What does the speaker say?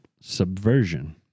subversion